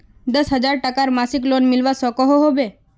दस हजार टकार मासिक लोन मिलवा सकोहो होबे?